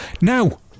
Now